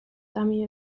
dummy